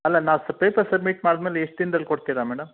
ಅಲ್ಲ ನಾವು ಸಹ ಪೇಪರ್ ಸಬ್ಮಿಟ್ ಮಾಡಿದ್ಮೇಲೆ ಎಷ್ಟು ದಿನ್ದಲ್ಲಿ ಕೊಡ್ತೀರಿ ಮೇಡಮ್